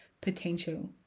potential